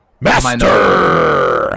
Master